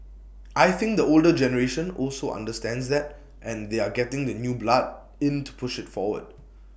I think the older generation also understands that and they are getting the new blood into push IT forward